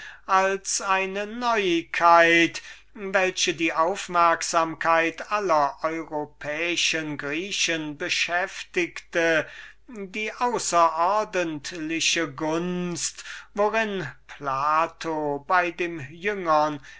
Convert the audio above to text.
als eine neuigkeit welche würklich die aufmerksamkeit aller europäischen griechen beschäftigte die außerordentliche gunst worin plato bei dem jüngern